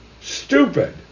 stupid